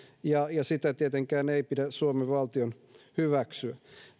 ja sitä tietenkään ei pidä suomen valtion hyväksyä